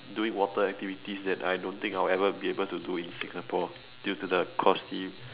doing water activities that I don't think that I'll ever be able to do in Singapore due to the costly